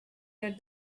that